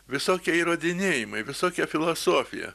visokie įrodinėjimai visokia filosofija